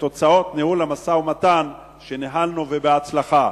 ותוצאות ניהול המשא-ומתן שניהלנו בהצלחה.